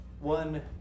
One